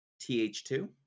TH2